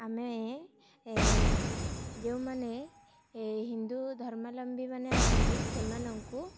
ଆମେ ଯେଉଁମାନେ ହିନ୍ଦୁ ଧର୍ମାବଲମ୍ବୀମାନେ ଅଛନ୍ତି ସେମାନଙ୍କୁ